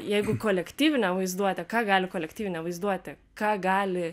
jeigu kolektyvinę vaizduotę ką gali kolektyvinė vaizduotė ką gali